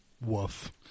Woof